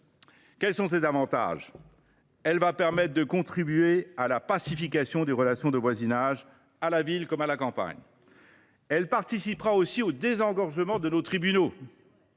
Quels sont ces avantages ? Elle permettra de contribuer à la pacification des relations de voisinage, à la ville comme à la campagne. Elle participera aussi au désengorgement des tribunaux